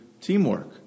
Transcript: teamwork